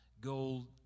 gold